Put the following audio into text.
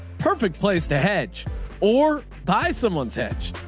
perfect place to hedge or buy someone's hedge.